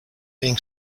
being